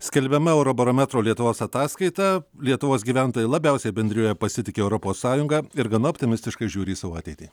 skelbiama eurobarometro lietuvos ataskaita lietuvos gyventojai labiausiai bendrijoje pasitiki europos sąjunga ir gana optimistiškai žiūri į savo ateitį